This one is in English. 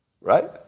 Right